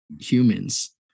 humans